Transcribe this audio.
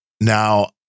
Now